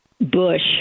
bush